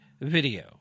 video